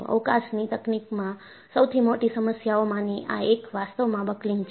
અવકાશની તકનીકમાં સૌથી મોટી સમસ્યાઓ માંની આ એક વાસ્તવમાં બકલિંગ છે